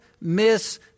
miss